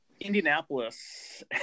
Indianapolis